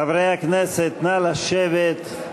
חברי הכנסת, נא לשבת,